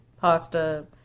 Pasta